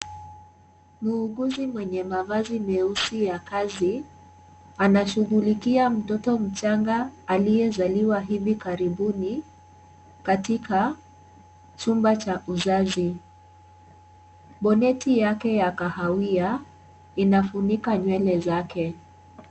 Mwuguzi mwenye mavazi meusi ya kazi anashughulikia mtoto mchanga aliyezaliwa hivi karibuni katika chumba cha uzazi. Boneti yake ya kahawia inafunika nywele zake.